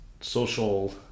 social